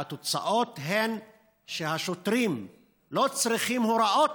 והתוצאות הן שהשוטרים לא צריכים אפילו הוראות